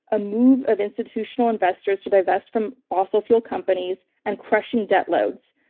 a move of institutional investors to divest from fossil fuel companies, and crushing debt loads.